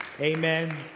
Amen